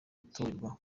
gutorerwa